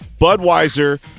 Budweiser